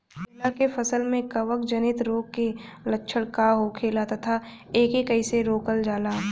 केला के फसल में कवक जनित रोग के लक्षण का होखेला तथा एके कइसे रोकल जाला?